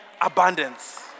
Abundance